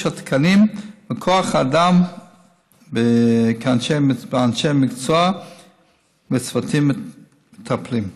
התקנים וכוח האדם באנשי מקצוע וצוותים מטפלים.